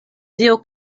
dio